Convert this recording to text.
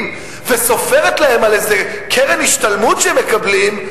וסופרת להם איזה קרן השתלמות שהם מקבלים,